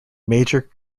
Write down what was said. major